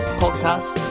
podcast